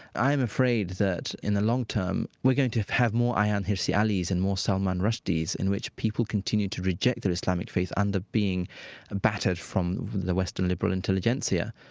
i am afraid that, in the long term, we're going to have more ayaan hirsi alis and more solomon rushdies in which people continue to reject their islamic faith under being battered from the western liberal intelligentsia.